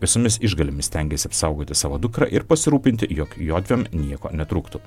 visomis išgalėmis stengiasi apsaugoti savo dukrą ir pasirūpinti jog jodviem nieko netrūktų